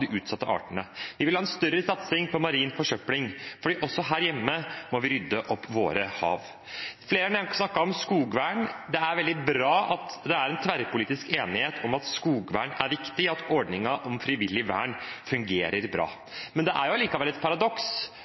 de utsatte artene. Vi vil ha en større satsing mot marin forsøpling, for også her hjemme må vi rydde opp i våre hav. Flere har snakket om skogvern. Det er veldig bra at det er tverrpolitisk enighet om at skogvern er viktig, og at ordningen om frivillig vern fungerer bra. Det er likevel et paradoks